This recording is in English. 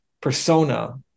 persona